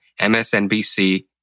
MSNBC